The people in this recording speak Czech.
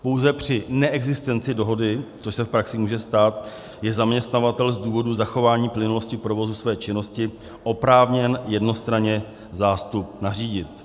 Pouze při neexistenci dohody, což se v praxi může stát, je zaměstnavatel z důvodu zachování plynulosti provozu své činnosti oprávněn jednostranně zástup nařídit.